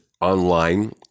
online